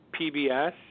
PBS